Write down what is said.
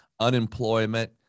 unemployment